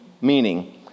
meaning